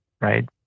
Right